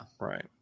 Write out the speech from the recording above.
Right